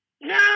No